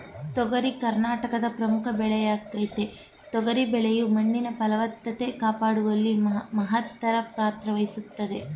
ತೊಗರಿ ಕರ್ನಾಟಕದ ಪ್ರಮುಖ ಬೆಳೆಯಾಗಯ್ತೆ ತೊಗರಿ ಬೆಳೆಯು ಮಣ್ಣಿನ ಫಲವತ್ತತೆ ಕಾಪಾಡುವಲ್ಲಿ ಮಹತ್ತರ ಪಾತ್ರವಹಿಸ್ತದೆ